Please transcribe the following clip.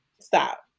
stop